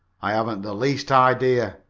i haven't the least idea,